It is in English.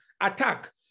attack